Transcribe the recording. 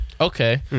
Okay